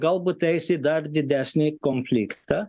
galbūt eis į dar didesnį konfliktą